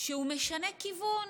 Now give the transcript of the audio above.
שהוא משנה כיוון,